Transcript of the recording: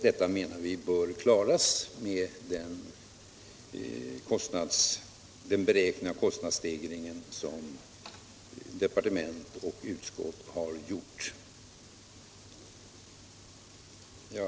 Detta, menar vi, bör klaras med den kostnadsstegring som departement och utskott har beräknat. Herr talman!